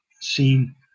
seen